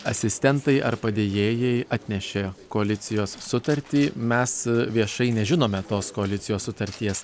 asistentai ar padėjėjai atnešė koalicijos sutartį mes viešai nežinome tos koalicijos sutarties